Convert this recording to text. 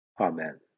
Amen